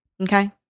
Okay